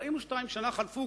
42 שנה חלפו,